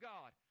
God